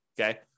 okay